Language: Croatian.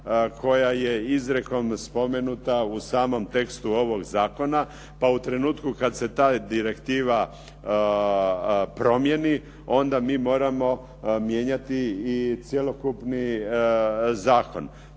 koja je izrijekom spomenuta u samom tekstu ovog zakona. Pa u trenutku kad se ta direktiva promijeni, onda mi moramo mijenjati i cjelokupni zakon.